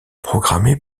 programmée